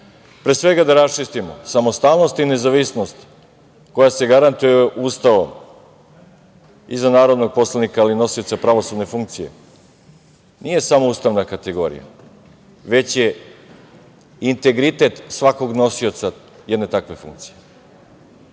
svega, da raščistimo. Samostalnost i nezavisnost koja se garantuje Ustavom i za narodnog poslanika, ali i nosioca pravosudne funkcije nije samo ustavna kategorija, već je integritet svakog nosioca jedne takve funkcije.